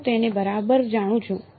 હું તેને બરાબર જાણું છું